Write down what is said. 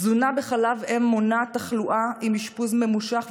תזונה בחלב אם מונעת תחלואה עם אשפוז ממושך,